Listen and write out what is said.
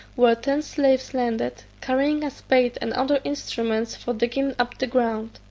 where ten slaves landed, carrying a spade and other instruments for digging up the ground.